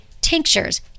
tinctures